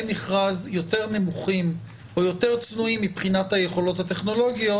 מכרז יותר נמוכים או יותר צנועים מבחינת היכולות הטכנולוגיות